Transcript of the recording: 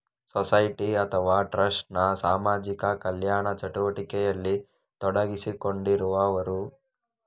society ಅಥವಾ trust ನ ಸಾಮಾಜಿಕ ಕಲ್ಯಾಣ ಚಟುವಟಿಕೆಯಲ್ಲಿ ತೊಡಗಿಸಿಕೊಂಡಿರುವವರು